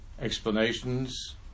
explanations